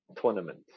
tournament